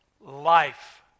life